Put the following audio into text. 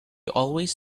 always